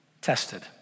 tested